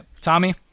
Tommy